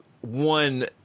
one